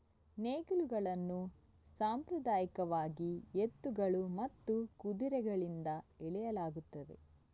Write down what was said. ನೇಗಿಲುಗಳನ್ನು ಸಾಂಪ್ರದಾಯಿಕವಾಗಿ ಎತ್ತುಗಳು ಮತ್ತು ಕುದುರೆಗಳಿಂದ ಎಳೆಯಲಾಗುತ್ತದೆ